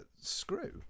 screw